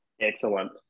excellent